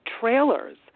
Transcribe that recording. trailers